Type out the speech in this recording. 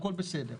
הכל בסדר.